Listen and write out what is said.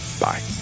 bye